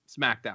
SmackDown